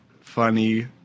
funny